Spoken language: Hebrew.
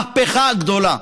מהפכה גדולה.